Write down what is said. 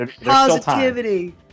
Positivity